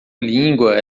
língua